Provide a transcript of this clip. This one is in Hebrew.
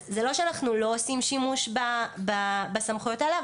אז זה לא שאנחנו לא עושים שימוש בסמכויות האלה,